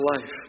life